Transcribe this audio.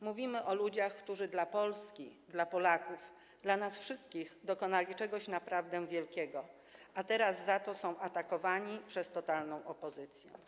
Mówimy o ludziach, którzy dla Polski, dla Polaków, dla nas wszystkich dokonali czegoś naprawdę wielkiego, a teraz są za to atakowani przez totalną opozycję.